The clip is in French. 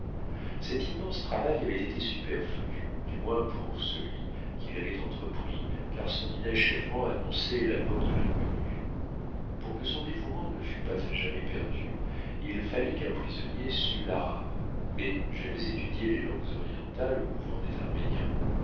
cet immense travail avait été superflu du moins pour celui qui l'avait entrepris car son inachèvement annonçait la mort de l'inconnu pour que son dévouement ne fût pas à jamais perdu il fallait qu'un prisonnier sût l'arabe mais j'avais étudié les langues orientales au couvent des